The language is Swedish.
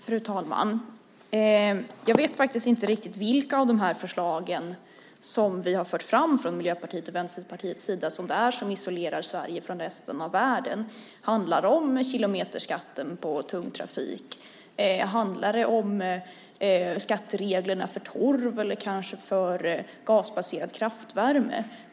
Fru talman! Jag vet inte riktigt vilka av förslagen som vi har fört fram från Miljöpartiets och Vänsterpartiets sida som isolerar Sverige från resten av världen. Handlar det om kilometerskatten på tung trafik? Handlar det om skattereglerna för torv eller kanske för gasbaserad kraftvärme?